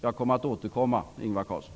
Jag kommer att återkomma, Ingvar Carlsson.